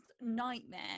nightmare